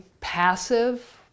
passive